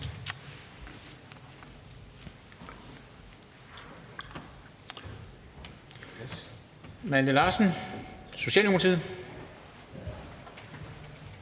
Malte Larsen, Socialdemokratiet.